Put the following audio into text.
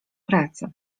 pracy